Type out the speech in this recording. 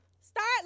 start